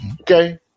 Okay